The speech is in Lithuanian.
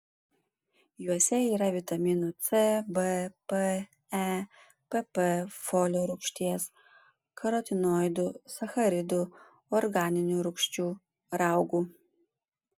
juose yra vitaminų c b p e pp folio rūgšties karotinoidų sacharidų organinių rūgščių raugų